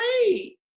great